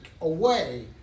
away